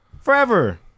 forever